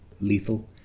lethal